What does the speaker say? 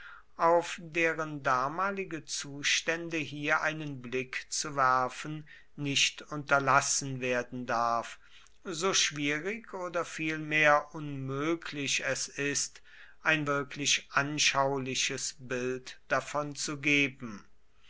auf deren damalige zustände hier einen blick zu werfen nicht unterlassen werden darf so schwierig oder vielmehr unmöglich es ist ein wirklich anschauliches bild davon zu geben